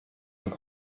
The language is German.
und